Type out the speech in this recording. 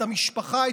המשפחה,